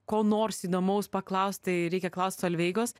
ko nors įdomaus paklaust tai reikia klaust solveigos